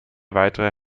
weitere